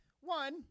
One